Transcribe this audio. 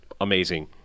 amazing